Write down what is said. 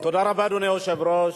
אדוני היושב-ראש,